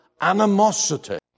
animosity